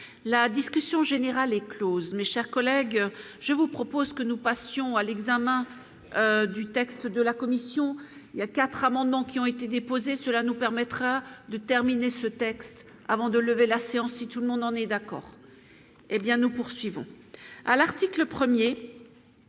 la discussion générale est Close, mes chers collègues, je vous propose que nous passions à l'examen du texte de la Commission, il y a 4 amendements qui ont été déposées, cela nous permettra de terminer ce texte avant de lever la séance, si tout le monde en est d'accord, hé bien nous poursuivons